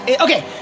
Okay